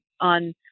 on